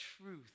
truth